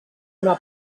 una